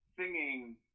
singing